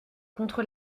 contre